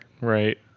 right